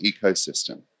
ecosystem